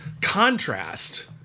contrast